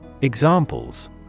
Examples